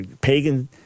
pagan